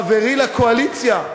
חברי לקואליציה,